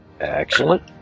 excellent